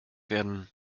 werden